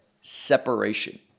separation